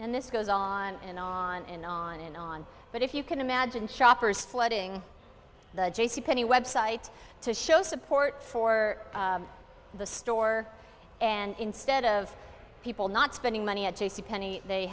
and this goes on and on and on and on but if you can imagine shoppers flooding the j c penney website to show support for the store and instead of people not spending money at j c penney they